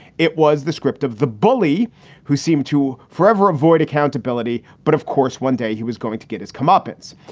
it was the script of the bully who seemed to forever avoid accountability. but, of course, one day he was going to get his comeuppance.